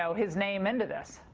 so his name into this?